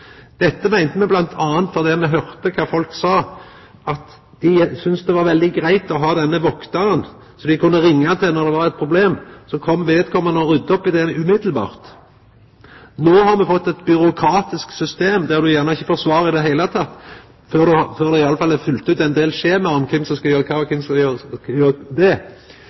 Dette meinte me bl.a. fordi me høyrde kva folk sa, at dei syntest det var veldig greitt å ha denne vaktaren, som dei kunne ringja til når det var eit problem. Så kom vedkomande og rydda opp i det omgåande. No har me fått eit byråkratisk system, der ein gjerne ikkje får svar i det heile før ein i alle fall har fylt ut ein del skjema om kven som skal gjera kva, og kven som skal gjera det.